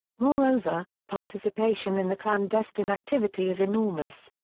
moreover, participation in the clandestine activity is enormous.